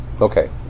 Okay